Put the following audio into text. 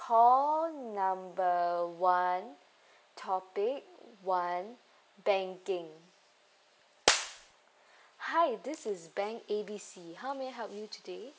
call number one topic one banking hi this is bank A B C how may I help you today